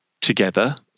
together